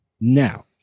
Now